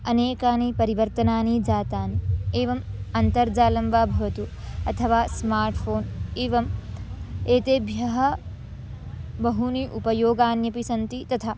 अनेकानि परिवर्तनानि जातानि एवम् अन्तर्जालं वा भवतु अथवा स्मार्ट् फ़ोन् एवम् एतेभ्यः बहूनि उपयोगान्यपि सन्ति तथा